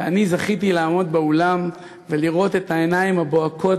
ואני זכיתי לעמוד באולם ולראות את העיניים הבוהקות